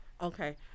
okay